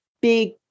big